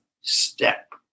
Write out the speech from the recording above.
step